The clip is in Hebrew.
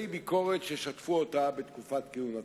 הביקורת ששטפו אותה בתקופת כהונתה.